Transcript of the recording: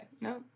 No